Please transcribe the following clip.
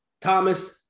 Thomas